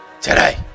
Today